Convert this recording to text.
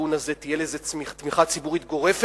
בכיוון הזה תהיה לזה תמיכה ציבורית גורפת,